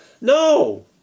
No